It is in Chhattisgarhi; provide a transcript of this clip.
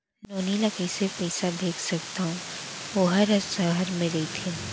नोनी ल कइसे पइसा भेज सकथव वोकर ह सहर म रइथे?